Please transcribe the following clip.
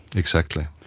exactly.